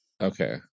Okay